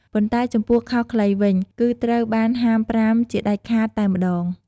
ប៉ុន្តែចំពោះខោខ្លីវិញ គឺត្រូវបានហាមប្រាមជាដាច់ខាតតែម្ដង។